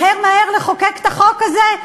מהר מהר לחוקק את החוק הזה.